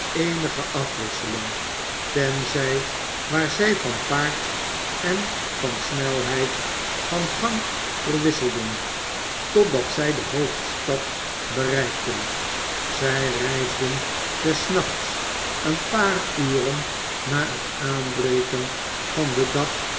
eenige afwisseling tenzfl waar zjj van paard en van snelheid van gang verwisselden totdat zjj de hoofdstad bereikten zij reisden des nachts een paar urennahet aanbreken van den dag